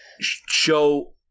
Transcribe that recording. show